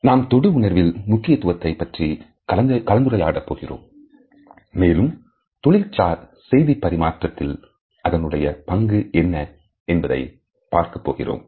நாம் தொடு உணர்ச்சியில் முக்கியத்துவத்தை பற்றி கலந்துரையாட போகிறோம் மேலும் தொழில்சார் செய்திப் பரிமாற்றத்தில் அதனுடைய பங்கு என்ன என்பதையும் பார்க்கப்போகிறோம்